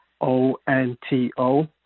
O-N-T-O